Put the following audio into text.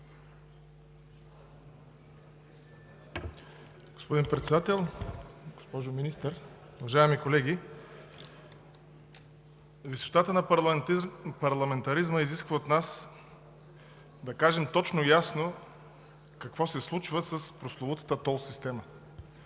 Господин Председател, госпожо Министър, уважаеми колеги! Висотата на парламентаризма изисква от нас да кажем точно и ясно какво се случва с прословутата тол система.